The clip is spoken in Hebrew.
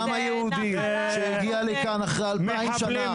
לעם היהודי שהגיע לכאן אחרי 2000 שנה,